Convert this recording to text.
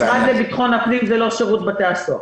המשרד לביטחון הפנים זה לא שירות בתי הסוהר.